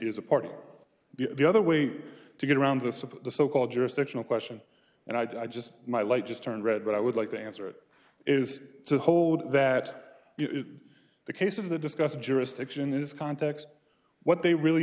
is a part of the other way to get around the support the so called jurisdictional question and i just my light just turned red what i would like to answer is to hold that the case of the discussed jurisdiction in this context what they really